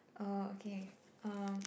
orh okay uh